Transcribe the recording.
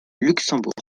luxembourg